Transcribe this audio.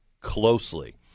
closely